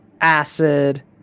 acid